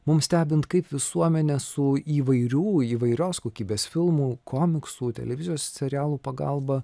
mums stebint kaip visuomenė su įvairių įvairios kokybės filmų komiksų televizijos serialų pagalba